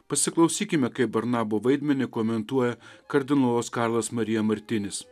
pasiklausykime kaip barnabo vaidmenį komentuoja kardinolas karlas marija martinis